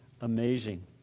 amazing